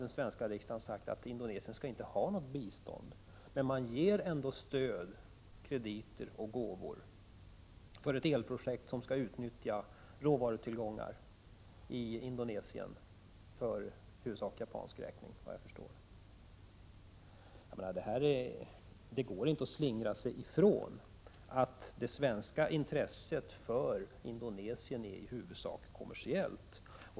Den svenska riksdagen har sagt att Indonesien inte skall ha något bistånd, men Sverige ger ändå stöd i form av krediter och gåvor för projekt som skall utnyttja råvarutillgångar i Indonesien — såvitt jag förstår i huvudsak för japansk räkning. Det går inte att slingra sig ifrån att det svenska intresset för Indonesien huvudsakligen är kommersiellt.